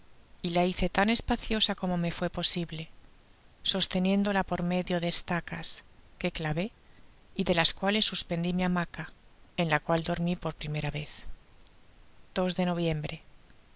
y la hice tan espaciosa como me fué posible sosteniéndola por medio de estacas que clavé y de las cuales suspendi mi hamaca en la cual dormi por primera vez de noviembre